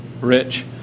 rich